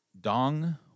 Dong